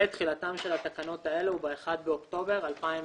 ותחילתן של התקנות האלה הוא ב-1 באוקטובר 2017,